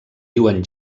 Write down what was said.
diuen